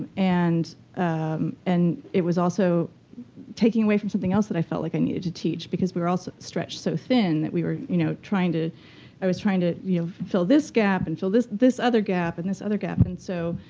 and and it was also taking away from something else that i felt like i needed to teach. because we were all stretched so thin that we were you know trying to i was trying to fill this gap, and fill this this other gap, and this other gap. and so,